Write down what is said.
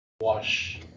Wash